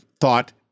thought